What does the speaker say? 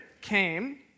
came